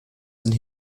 sind